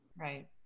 Right